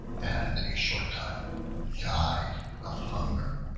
and in a short time died of hunger.